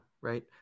right